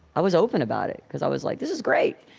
i was open about it, because i was like, this is great!